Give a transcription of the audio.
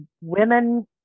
women